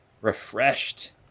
refreshed